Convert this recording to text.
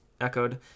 echoed